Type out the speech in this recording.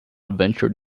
adventure